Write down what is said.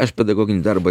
aš pedagoginį darbą